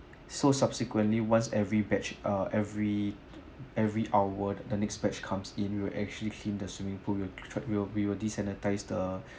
so subsequently once every batch ah every every hour the next batch comes in you we will actually clean the swimming pool we'll we we will de-sanitise the